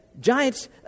Giants